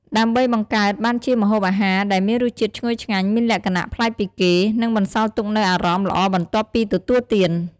ដើម្បីបង្កើតបានជាម្ហូបអាហារដែលមានរសជាតិឈ្ងុយឆ្ងាញ់ មានលក្ខណៈប្លែកពីគេ និងបន្សល់ទុកនូវអារម្មណ៍ល្អបន្ទាប់ពីទទួលទាន។